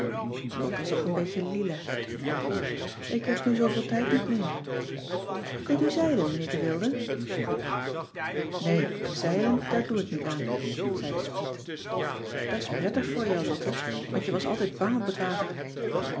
lotte zag een beetje lila ik heb nu zooveel tijd niet meer kunt u zeilen meneer de wilde vroeg ik nee zeilen daar doe ik niet aan zei de spriet da's prettig voor jou lotte want je was altijd bang op t water